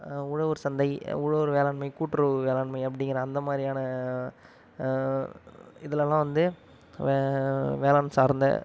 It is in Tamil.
உழவர் சந்தை உழவர் வேளாண்மை கூட்டுறவு வேளாண்மை அப்படிங்கற அந்த மாதிரியான இதுலலாம் வந்து வேளாண் சார்ந்த